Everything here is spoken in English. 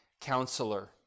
Counselor